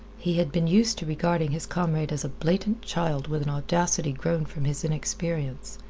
he had been used to regarding his comrade as a blatant child with an audacity grown from his inexperience,